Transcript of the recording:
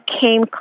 came